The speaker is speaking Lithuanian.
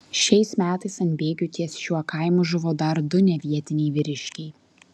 šiais metais ant bėgių ties šiuo kaimu žuvo dar du nevietiniai vyriškiai